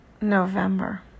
November